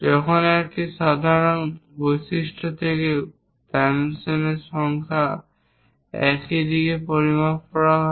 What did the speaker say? যখন একটি সাধারণ বৈশিষ্ট্য থেকে ডাইমেনশনর সংখ্যা একই দিকে পরিমাপ করা হয়